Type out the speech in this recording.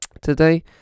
Today